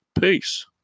peace